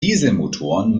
dieselmotoren